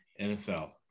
NFL